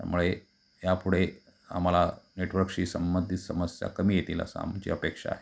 त्यामुळे ह्यापुढे आम्हाला नेटवर्कशी संबंधित समस्या कमी येतील असं आमची अपेक्षा आहे